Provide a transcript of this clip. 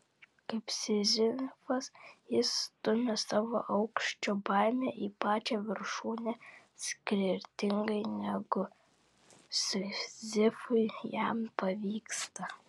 kaip sizifas jis stumia savo aukščio baimę į pačią viršūnę skirtingai negu sizifui jam pavyksta